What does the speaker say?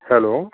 hello